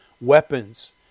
weapons